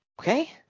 okay